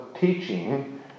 teaching